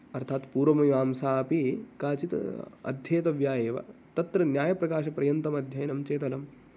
अर्थात् पूर्वमीमांसा अपि काचित् अध्येतव्या एव तत्र न्यायप्रकाशपर्यन्तम् अध्ययनं चेद् अलम्